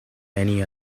any